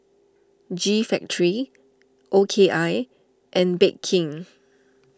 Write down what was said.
G Factory O K I and Bake King